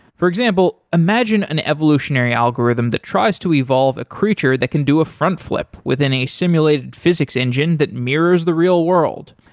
for example, imagine an evolutionary algorithm algorithm that tries to evolve a creature that can do a front flip within a simulated physics engine that mirrors the real world.